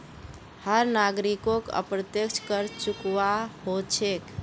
हर नागरिकोक अप्रत्यक्ष कर चुकव्वा हो छेक